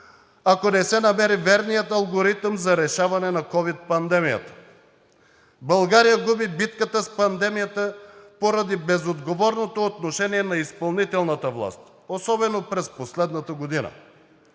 ако не се намери верният алгоритъм за решаване на ковид пандемията. България губи битката с пандемията поради безотговорното отношение на изпълнителната власт, особено през последната година.